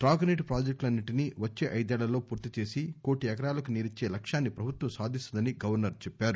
తాగు నీటి ప్రాజెక్టులన్నింటిని వచ్చే ఐదేళ్లలో పూర్తిచేసి కోటి ఎకరాలకు నీరిచ్చే లక్ష్యాన్ని ప్రభుత్వం సాధిస్తుందని గవర్నర్ చెప్పారు